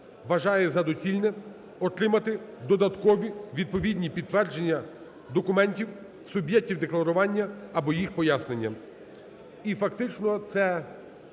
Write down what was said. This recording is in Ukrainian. вважає за доцільне отримати додаткові відповідні підтвердження документів суб'єктів декларування або їх пояснення. І фактично це